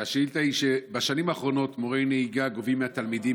בשנים האחרונות מורי נהיגה גובים מהתלמידים